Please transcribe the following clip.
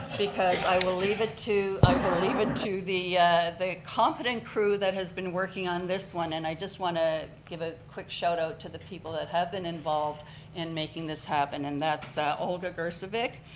because i will leave it to, i will leave it to the the competent crew that has been working on this one. and i just want to give a quick shout out the people that have been involved in making this happen and that's olga gersavic,